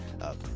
up